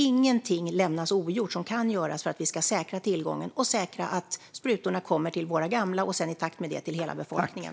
Ingenting lämnas ogjort som kan göras för att säkra tillgången och säkra att sprutorna kommer till våra gamla och sedan, i takt med det, till hela befolkningen.